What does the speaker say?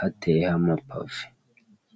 hateyeho amapave.